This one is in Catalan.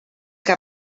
que